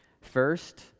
First